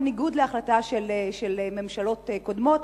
בניגוד להחלטה של ממשלות קודמות,